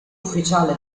ufficiale